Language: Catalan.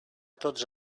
tots